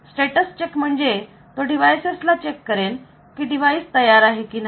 status check म्हणजे तो devices ला चेक करेल की डिवाइस तयार आहे की नाही